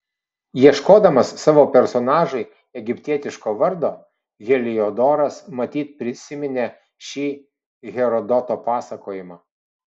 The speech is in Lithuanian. ieškodamas savo personažui egiptietiško vardo heliodoras matyt prisiminė šį herodoto pasakojimą